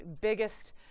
biggest